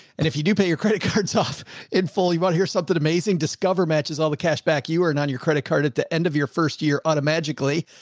and if you do pay your credit cards off in fully bought to hear something amazing, discover matches all the cash back you are in on your credit card at the end of your first year. automagically.